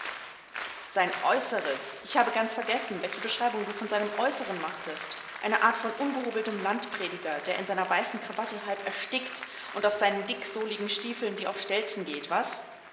sein äußeres ich habe ganz vergessen welche beschreibung du von seinem äußeren machtest eine art von ungehobeltem landprediger der in seiner weißen krawatte halb erstickt und auf seinen dicksohligen stiefeln wie auf stelzen geht was